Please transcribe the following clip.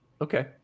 Okay